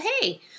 hey